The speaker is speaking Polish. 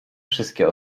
wszystkie